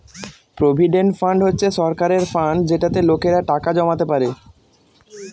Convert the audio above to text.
provident fund হচ্ছে সরকারের fund যেটাতে লোকেরা টাকা জমাতে পারে